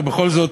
ובכל זאת,